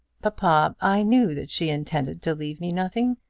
papa, i knew that she intended to leave me nothing.